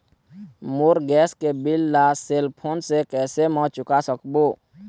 मोर gas के bill ला cell phone से कैसे म चुका सकबो?